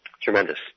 tremendous